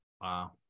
Wow